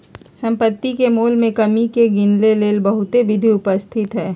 सम्पति के मोल में कमी के गिनेके लेल बहुते विधि उपस्थित हई